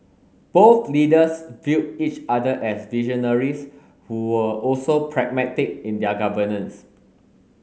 both leaders viewed each other as visionaries who were also pragmatic in their governance